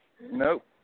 Nope